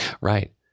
Right